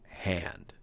hand